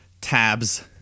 tabs